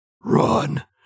Run